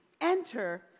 enter